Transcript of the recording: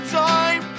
time